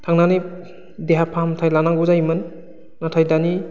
थांनानै देहा फाहामथाय लानांगौ जायोमोन नाथाय दानि